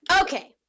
Okay